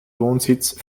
wohnsitz